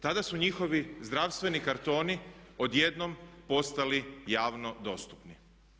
Tada su njihovi zdravstveni kartoni odjednom postali javno dostupni.